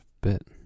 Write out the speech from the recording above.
bit